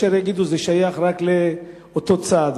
ישר יגידו שזה שייך רק לאותו צד.